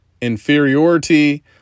Inferiority